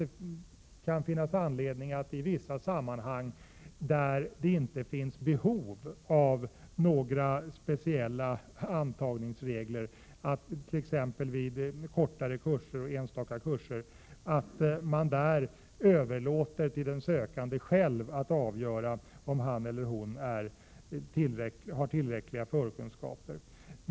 Det kan i och för sig finnas anledning att i vissa sammanhang, t.ex. vid kortare kurser och enstaka kurser, överlåta till den sökande själv att avgöra om han eller hon har tillräckliga förkunskaper.